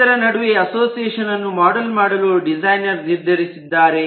ಇದರ ನಡುವೆ ಅಸೋಸಿಯೇಷನ್ ಅನ್ನು ಮಾಡೆಲ್ ಮಾಡಲು ಡಿಸೈನರ್ ನಿರ್ಧರಿಸಿದ್ದಾರೆ